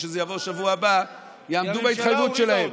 שזה יבוא בשבוע הבא יעמדו בהתחייבות שלהם.